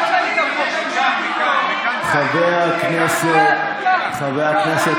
חבר הכנסת